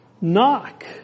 Knock